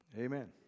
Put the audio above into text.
Amen